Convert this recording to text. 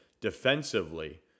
defensively